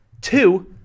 Two